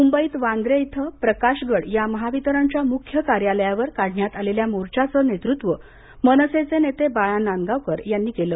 मुंबईत वांद्रे इथं प्रकाशगड या महावितरणच्या मुख्य कार्यालयावर काढण्यात आलेल्या मोर्चाचं नेतृत्व मनसेचे नेते बाळा नांदगावकर यांनी केलं